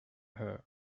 her